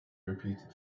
repeated